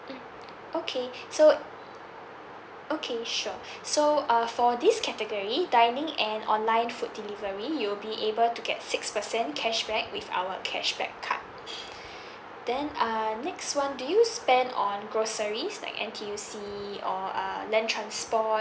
mm okay so okay sure so uh for this category dining and online food delivery you'll be able to get six percent cashback with our cashback card then uh next one do you spend on groceries like N_T_U_C or uh land transport